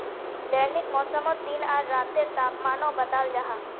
दैनिक मौसमोत दिन आर रातेर तापमानो बताल जाहा